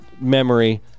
memory